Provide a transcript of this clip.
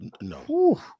No